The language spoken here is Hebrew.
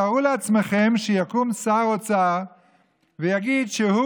תארו לעצמכם שיקום שר אוצר ויגיד שהוא